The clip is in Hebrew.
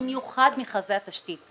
במיוחד מכרזי התשתית.